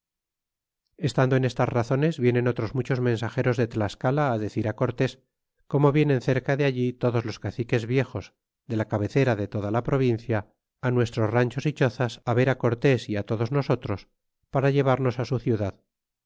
estando en estas razones vienen otros muchos mensageros de tlascala á decir cortés como vienen cerca do allí todos los caciques viejos de la cabecera de toda la provincia nuestros ranchos y chozas ver á cortés y todos nosotros para llevarnos su ciudad